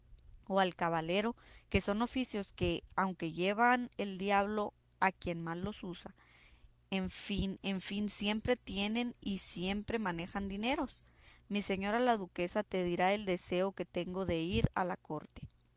o alcabalero que son oficios que aunque lleva el diablo a quien mal los usa en fin en fin siempre tienen y manejan dineros mi señora la duquesa te dirá el deseo que tengo de ir a la corte